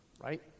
right